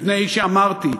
מפני שאמרתי,